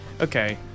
Okay